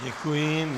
Děkuji.